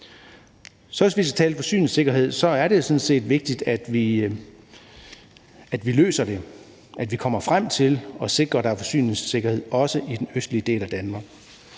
Hvis vi skal tale forsyningssikkerhed, er det jo sådan set vigtigt, at vi løser det, og at vi kommer frem til at sikre, at der er forsyningssikkerhed også i den østlige del af Danmark.